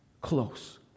Close